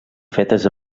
fetes